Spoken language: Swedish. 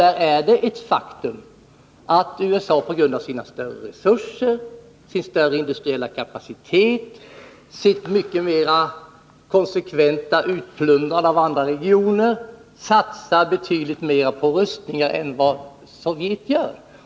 Det är då ett faktum att USA på grund av sina större resurser, sin större industriella kapacitet och sitt mycket mera konsekventa utplundrande av andra regioner satsar betydligt mera på rustningar än vad Sovjet gör.